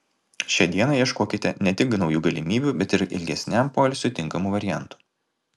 šią dieną ieškokite ne tik naujų galimybių bet ir ilgesniam poilsiui tinkamų variantų